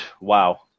wow